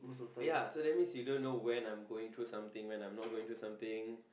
ya that means you don't know when I'm going through something when I'm not going through something